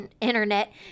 internet